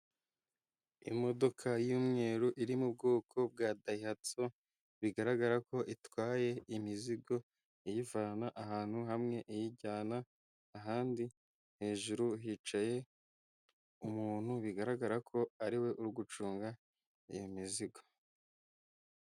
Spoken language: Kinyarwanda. Imodoka y'umweru iri mu bwoko bwa dayihatsu bigaragara ko itwaye imizigo iyivana ahantu hamwe iyijyana ahandi, hejuru hicaye umuntu bigaragara ko ariwe urigucunga iyo mizigo.